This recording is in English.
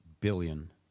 billion